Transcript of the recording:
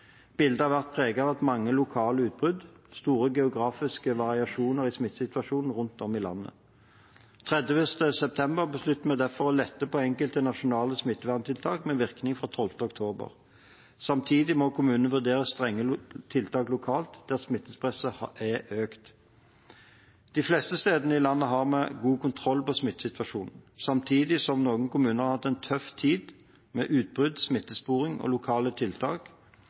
Bildet har vært preget av mange lokale utbrudd og store geografiske variasjoner i smittesituasjonen rundt om i landet. Den 30. september besluttet vi derfor å lette på enkelte nasjonale smitteverntiltak med virkning fra 12. oktober. Samtidig må kommunene vurdere strengere tiltak lokalt der smittepresset er høyt. De fleste steder i landet har vi god kontroll på smittesituasjonen. Samtidig som noen kommuner har hatt en tøff tid med utbrudd, smittesporing og lokale tiltak,